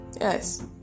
Yes